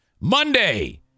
Monday